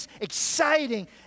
exciting